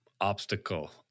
obstacle